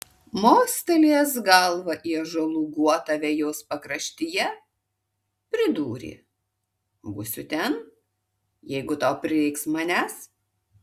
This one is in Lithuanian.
mostelėjęs galva į ąžuolų guotą vejos pakraštyje pridūrė būsiu ten jeigu tau prireiks manęs